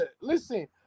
listen